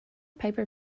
piper